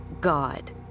God